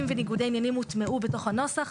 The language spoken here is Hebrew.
וניגודי העניינים הוטמעו בתוך הנוסח,